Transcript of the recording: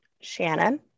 Shannon